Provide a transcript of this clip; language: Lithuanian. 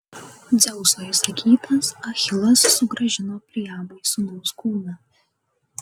dzeuso įsakytas achilas sugrąžino priamui sūnaus kūną